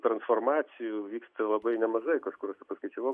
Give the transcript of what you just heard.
transformacijų vyksta labai nemažai kažkur paskaičiavau